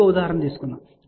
ఇంకొక ఉదాహరణ తీసుకుందాం